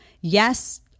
Yes